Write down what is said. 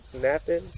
Napping